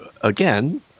again